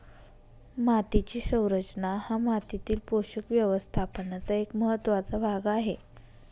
मातीची संरचना हा मातीतील पोषक व्यवस्थापनाचा एक महत्त्वाचा भाग आहे